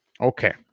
Okay